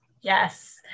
Yes